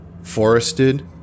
forested